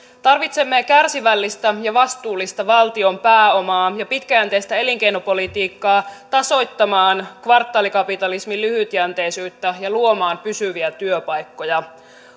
tarvitsemme kärsivällistä ja vastuullista valtion pääomaa ja pitkäjänteistä elinkeinopolitiikkaa tasoittamaan kvartaalikapitalismin lyhytjänteisyyttä ja luomaan pysyviä työpaikkoja